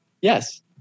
Yes